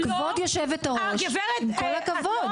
כבוד יושבת הראש, עם כל הכבוד.